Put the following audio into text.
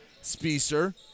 Spicer